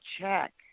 check